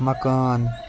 مکان